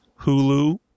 Hulu